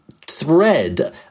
thread